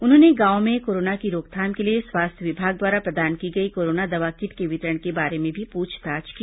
उन्होंने गांवों में कोरोना की रोकथाम के लिए स्वास्थ्य विभाग द्वारा प्रदान की गई कोरोना दवा किट के वितरण के बारे में भी पूछताछ की